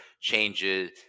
changes